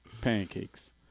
Pancakes